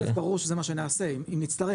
א' ברור שזה מה שנעשה אם נצטרך.